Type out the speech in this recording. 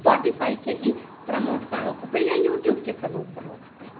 Spotify खे ई promote करिणो खपे यां यूट्यूब खे प्रोमोट करिणो खपे